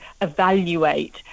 evaluate